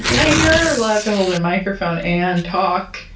and you're allowed to hold a microphone and talk.